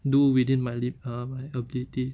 do within my li~ uh my ability